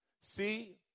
see